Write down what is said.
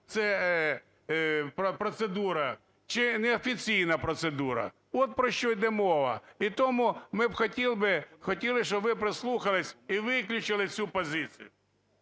це процедура чи неофіційна процедура. От про що йде мова. І тому ми б хотіли би, хотіли, щоб ви прислухалися і виключили цю позицію.